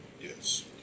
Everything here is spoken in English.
Yes